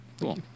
Cool